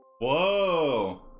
Whoa